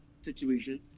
situation